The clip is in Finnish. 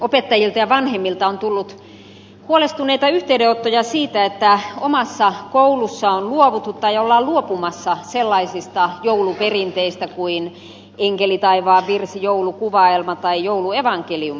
opettajilta ja vanhemmilta on tullut huolestuneita yhteydenottoja siitä että omassa koulussa on luovuttu tai ollaan luopumassa sellaisista jouluperinteistä kuin enkeli taivaan virsi joulukuvaelma tai jouluevankeliumi